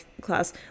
class